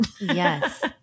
Yes